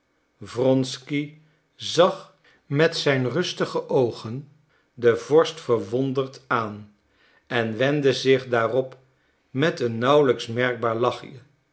wronsky zag met zijn rustige oogen den vorst verwonderd aan en wendde zich daarop met een nauwelijks merkbaar lachje